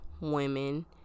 women